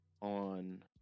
on